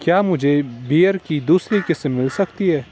کیا مجھے بیئر کی دوسری قسم مل سکتی ہے